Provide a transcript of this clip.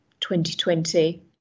2020